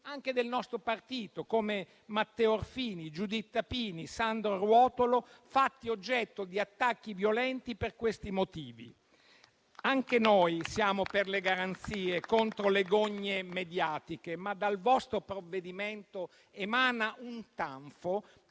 anche del nostro partito, come Matteo Orfini, Giuditta Pini, Sandro Ruotolo, fatti oggetto di attacchi violenti per questi motivi. Anche noi siamo per le garanzie contro le gogne mediatiche, ma dal vostro provvedimento emana un tanfo